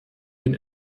den